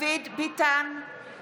בעד ולדימיר בליאק, נגד